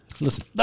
Listen